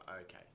Okay